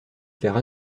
faire